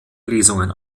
lesungen